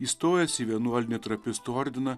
įstojęs į vienuolinį trapistų ordiną